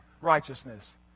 righteousness